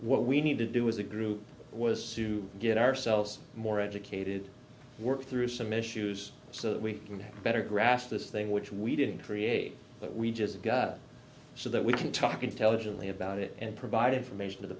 what we need to do as a group was soon to get ourselves more educated work through some issues so that we can have a better grasp this thing which we didn't create that we just got so that we can talk intelligently about it and provide information to the